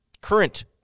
current